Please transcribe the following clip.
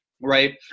right